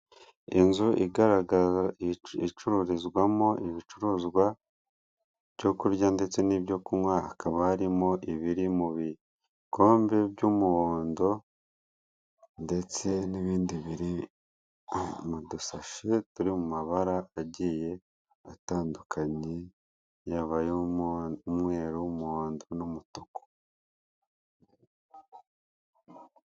Inzu igaragaza icururizwamo ibicuruzwa byo kurya ndetse n'ibyo kunywa hakaba harimo ibiri mu bikombe by'umuhondo ndetse n'ibindi biri mu dusashe turi mu mabara agiye atandukanye yaba ay'umweru, umuhondo n'umutuku.